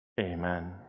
amen